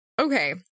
Okay